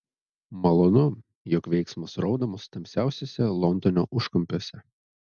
malonu jog veiksmas rodomas tamsiausiuose londono užkampiuose